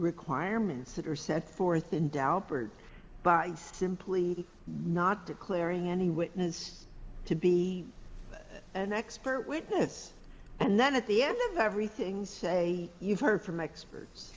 requirements that are set forth in daubert by simply not declaring any witness to be an expert witness and then at the end of everything say you've heard from experts